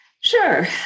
Sure